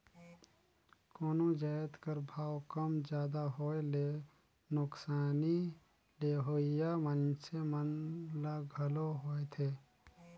कोनो जाएत कर भाव कम जादा होए ले नोसकानी लेहोइया मइनसे मन ल घलो होएथे